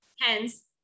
Hence